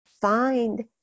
Find